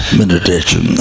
meditation